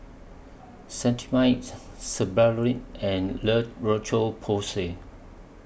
Cetrimide Sebamed and La Roche Porsay